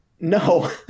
no